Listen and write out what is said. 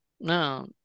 no